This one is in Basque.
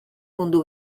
mundu